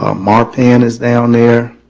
ah marpet and is down there,